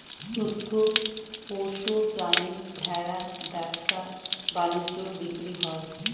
গৃহস্থ পোষ্য প্রাণী ভেড়া ব্যবসা বাণিজ্যে বিক্রি হয়